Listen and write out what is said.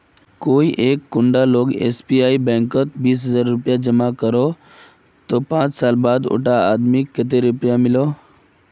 कोई एक कुंडा लोग अगर एस.बी.आई बैंक कतेक बीस हजार रुपया अगर जमा करो ते पाँच साल बाद उडा आदमीक कतेरी पैसा मिलवा सकोहो?